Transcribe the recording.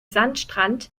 sandstrand